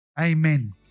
amen